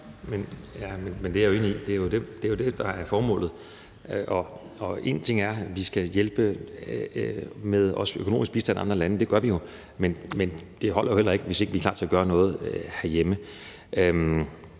i. Det er jo det, der er formålet. En ting er, at vi skal hjælpe med bl.a. økonomisk bistand til andre lande – det gør vi jo – men det holder ikke, hvis ikke vi er klar til at gøre noget herhjemme.